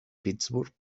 pittsburgh